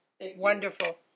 Wonderful